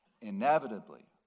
inevitably